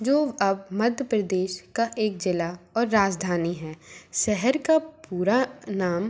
जो अब मध्य प्रदेश का एक जिला और राजधानी है शहर का पूरा नाम